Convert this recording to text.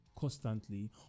constantly